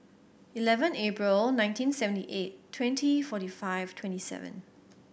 eleven April nineteen seventy eight twenty forty five twenty seven